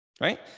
right